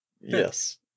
Yes